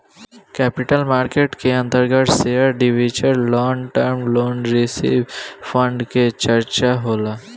capital market के अंतर्गत share debenture long term loan reserve fund के चर्चा होला